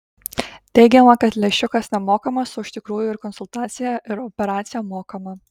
teigiama kad lęšiukas nemokamas o iš tikrųjų ir konsultacija ir operacija mokama